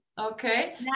Okay